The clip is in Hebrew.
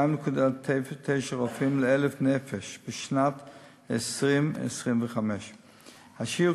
2.9 רופאים ל-1,000 נפש בשנת 2025. השיעור